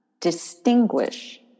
distinguish